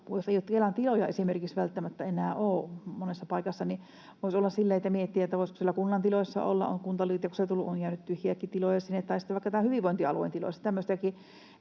että tiloja ei välttämättä enää ole monessa paikassa, niin voisi sillä tavalla miettiä, että voisiko siellä kunnan tiloissa olla, kun on kuntaliitoksia tullut ja on jäänyt tyhjiäkin tiloja sinne, tai sitten vaikka tämän hyvinvointialueen tiloissa.